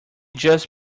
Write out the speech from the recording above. just